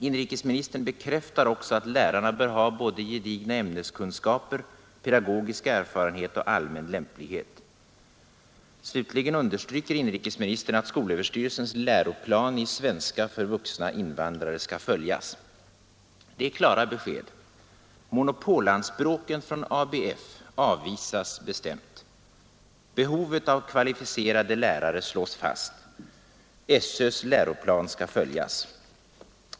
Inrikesministern bekräftar också att lärarna bör ha både gedigna ämneskunskaper, pedagogisk erfarenhet och allmän lämplighet. Slutligen understryker inrikesministern att skolöverstyrelsens läroplan i svenska för vuxna invandrare skall följas. Det är klara besked. Monopolanspråken från ABF avvisas bestämt. Behovet av kvalificerade lärare slås fast. SÖ:s läroplan skall följas.